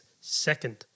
second